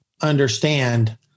understand